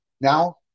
Now